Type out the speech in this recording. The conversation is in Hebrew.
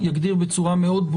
יהיה ממשק שיגיד מה סוג